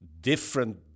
different